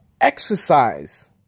exercise